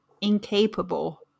incapable